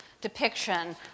depiction